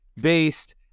based